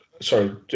Sorry